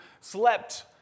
slept